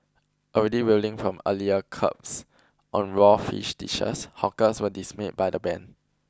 already reeling from earlier curbs on raw fish dishes hawkers were dismayed by the ban